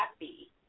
happy